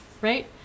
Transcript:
right